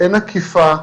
אין אכיפה.